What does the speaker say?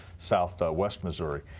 southwest missouri.